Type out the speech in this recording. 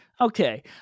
Okay